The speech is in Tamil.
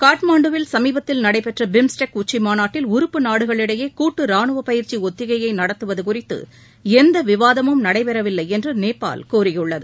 காத்மாண்டுவில் சமீபத்தில் நடைபெற்ற பீம்ஸ்டெக் உச்சி மாநாட்டில் உறுப்பு நாடுகளிடையே கூட்டு ரானுவ பயிற்சி ஒத்த ிகையை நடத்துவது குறித்து எந்த விவாதமும் நடைபெறவில்லை என்று நேபாள் கூறியுள்ளது